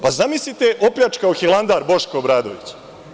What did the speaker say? Pa, zamislite opljačkao Hilandar Boško Obradović.